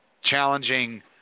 challenging